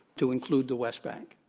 to include the west bank,